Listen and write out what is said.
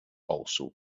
also